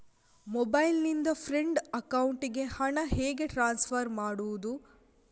Mobile ನಿಂದ friend ಅಕೌಂಟಿಗೆ ಹಣ ಹೇಗೆ ಟ್ರಾನ್ಸ್ಫರ್ ಮಾಡುವುದು?